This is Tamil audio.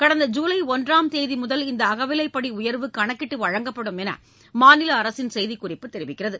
கடந்த ஜூலை ஒன்றாம் தேதி முதல் இந்த அகவிலைப்படி உயா்வு கணக்கிட்டு வழங்கப்படும் என்று மாநில அரசின் செய்திக்குறிப்பு தெரிவிக்கிறது